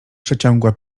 przeciągła